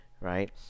right